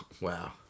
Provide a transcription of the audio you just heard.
Wow